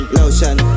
Lotion